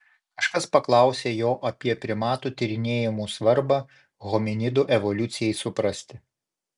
kažkas paklausė jo apie primatų tyrinėjimų svarbą hominidų evoliucijai suprasti